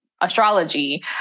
astrology